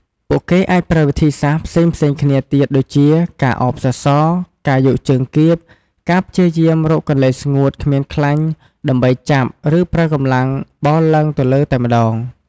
ពួកគេអាចប្រើវិធីសាស្រ្តផ្សេងៗគ្នាទៀតដូចជា ការឱបសសរ ការយកជើងគៀប ការព្យាយាមរកកន្លែងស្ងួតគ្មានខ្លាញ់ដើម្បីចាប់ ឬប្រើកម្លាំងបោលឡើងទៅលើតែម្តង។